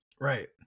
Right